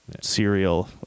serial